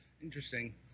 interesting